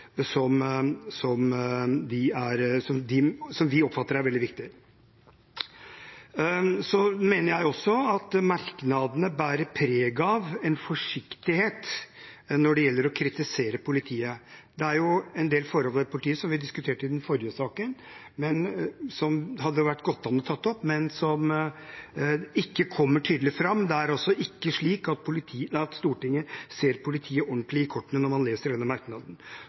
som vi oppfatter er veldig viktig. Jeg mener også at merknadene bærer preg av en forsiktighet når det gjelder å kritisere politiet. Det er jo en del forhold ved politiet som vi diskuterte i den forrige saken, og som det hadde gått an å ta opp, men som ikke kommer tydelig fram. Det er altså ikke slik at Stortinget ser politiet ordentlig i kortene når man leser denne merknaden.